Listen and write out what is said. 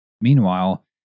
Meanwhile